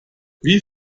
wie